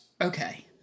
Okay